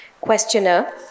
Questioner